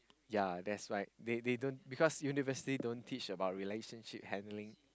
ya that's why they they don't because university don't teach about relationship handling